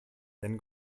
then